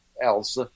else